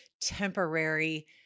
temporary